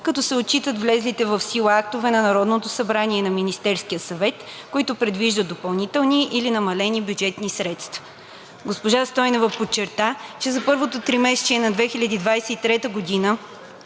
като се отчитат влезлите в сила актове на Народното събрание и на Министерския съвет, които предвиждат допълнителни или намалени бюджетни средства. Госпожа Стойнева подчерта, че за първото тримесечие на 2023 г.